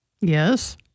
Yes